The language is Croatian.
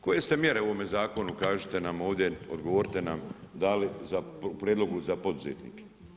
Koje ste mjere u ovome zakonu kažite nam ovdje, odgovorite nam, dali u prijedlogu za poduzetnike.